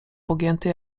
pogięty